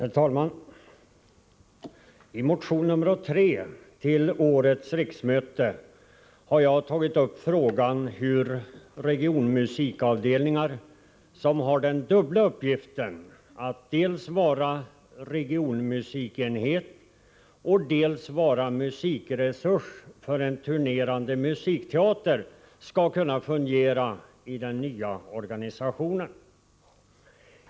Herr talman! I motion nr 3 till årets riksmöte har jag tagit upp frågan om hur de regionmusikavdelningar som har i uppgift att dels vara en regionmusikenhet, dels vara en musikresurs för en turnerande musikteater skall kunna fungera i den nya organisationen.